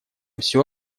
все